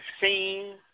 seen